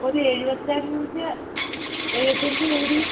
ഒരു എഴുപത്തിയഞ്ച് എഴുപത്തിയഞ്ചു കോടി